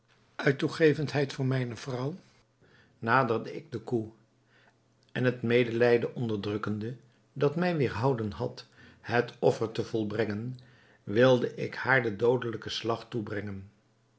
uit toegevendheid voor mijne vrouw naderde ik de koe en het medelijden onderdrukkende dat mij weêrhouden had het offer te volbrengen wilde ik haar den doodelijken slag toebrengen